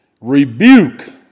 Rebuke